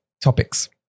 topics